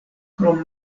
krom